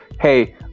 hey